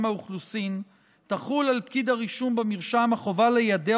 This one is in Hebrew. האוכלוסין תחול על פקיד הרישום במרשם החובה ליידע